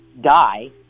die